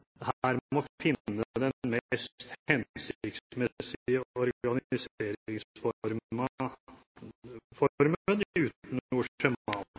her må finne den mest hensiktsmessige organiseringsformen uten